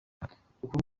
ubukungu